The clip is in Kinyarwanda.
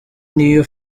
niyo